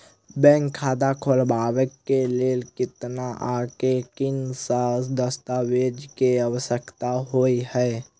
Bank खाता खोलबाबै केँ लेल केतना आ केँ कुन सा दस्तावेज केँ आवश्यकता होइ है?